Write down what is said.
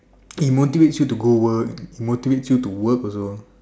it motivates you go to work it motivates you to work also